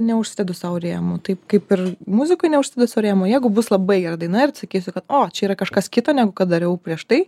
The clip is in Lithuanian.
neužsidedu sau rėmų taip kaip ir muzikoj neužsidedu sau rėmų jeigu bus labai gera daina ir sakysiu kad o čia yra kažkas kito negu kad dariau prieš tai